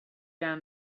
down